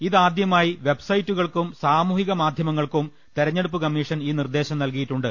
ഇതാദ്യമായി വെബ്സൈറ്റുകൾക്കും സാമൂഹിക മാധ്യമങ്ങൾക്കും തെരഞ്ഞെ ടുപ്പ് കമ്മീഷൻ ഈ നിർദ്ദേശം നൽകിയിട്ടുണ്ട്